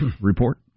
report